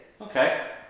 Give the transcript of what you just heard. Okay